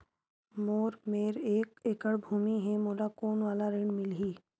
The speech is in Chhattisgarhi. मोर मेर एक एकड़ भुमि हे मोला कोन वाला ऋण मिलही?